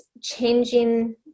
changing